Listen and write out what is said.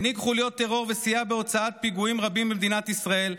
הנהיג חוליות טרור וסייע בהוצאת פיגועים רבים במדינת ישראל,